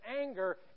anger